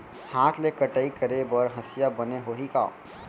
हाथ ले कटाई करे बर हसिया बने होही का?